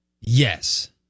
yes